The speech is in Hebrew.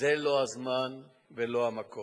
זה לא הזמן ולא המקום.